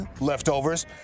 leftovers